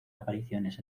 apariciones